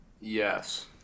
Yes